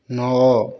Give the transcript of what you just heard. ନଅ